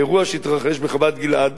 באירוע שהתרחש בחוות-גלעד